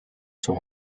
zur